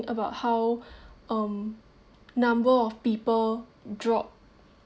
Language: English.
about how um number of people drop